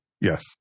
yes